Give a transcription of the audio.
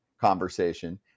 conversation